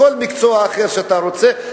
כל מקצוע אחר שאתה רוצה,